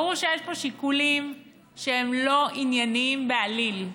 ברור שיש פה שיקולים שהם לא ענייניים בעליל,